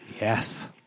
Yes